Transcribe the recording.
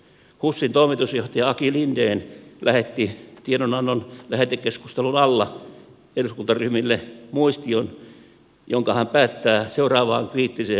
husin toimitusjohtaja aki linden lähetti tiedonannon lähetekeskustelun alla eduskuntaryhmille muistion jonka hän päättää seuraavaan kriittiseen arvioon